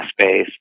space